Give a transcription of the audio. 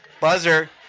Buzzer